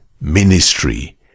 ministry